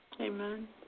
Amen